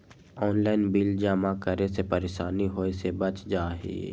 Online bill जमा करे से परेशानी से बच जाहई?